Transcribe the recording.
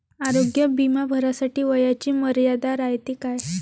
आरोग्य बिमा भरासाठी वयाची मर्यादा रायते काय?